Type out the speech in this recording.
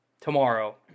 tomorrow